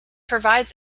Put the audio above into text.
provides